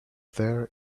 there